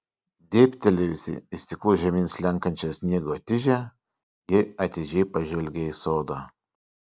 dėbtelėjusi į stiklu žemyn slenkančią sniego tižę ji atidžiai pažvelgė į sodą